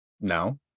No